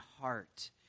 heart